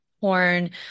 porn